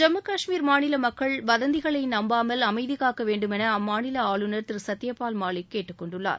ஜம்மு காஷ்மீர் மாநில மக்கள் வதந்திகளை நம்பாமல் அமைதிகாக்க வேண்டுமென அம்மாநில ஆளுநர் திரு சத்யபால் மாலிக் கேட்டுக்கொண்டுள்ளார்